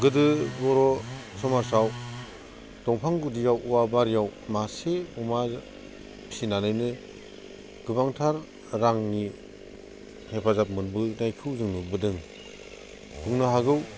गोदो बर' समाजाव दंफां गुदियाव औवा बारियाव मासे अमा फिसिनानैनो गोबांथार रांनि हेफाजाब मोननायखौ जों नुनो मोनबोदों बुंनो हागौ